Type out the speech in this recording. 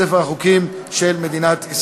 בעד, 51, אין מתנגדים, אין נמנעים.